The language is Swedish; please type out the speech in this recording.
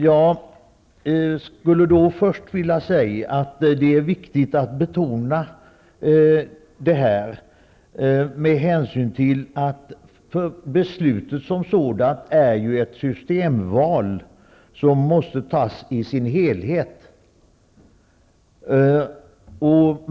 Jag skulle först vilja säga att det är viktigt att betona detta med hänsyn till att beslutet som sådant är ett systemval som måste tas i sin helhet.